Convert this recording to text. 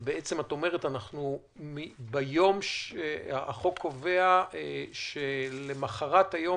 ואת בעצם אומרת שהחוק קובע שלמוחרת היום,